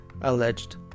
alleged